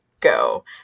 go